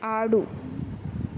ఆడు